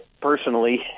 personally